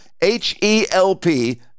H-E-L-P